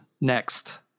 next